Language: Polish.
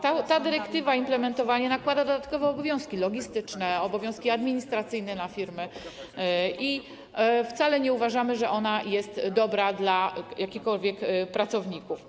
Ta dyrektywa, jej implementowanie nakłada dodatkowe obowiązki logistyczne, obowiązki administracyjne na firmy i wcale nie uważamy, że ona jest dobra dla jakichkolwiek pracowników.